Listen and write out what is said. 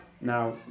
Now